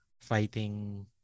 fighting